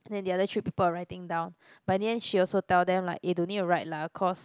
then the other three people are writing down but in the end she also tell them like eh don't need to write lah cause